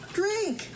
drink